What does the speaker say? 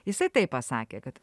jisai taip pasakė kad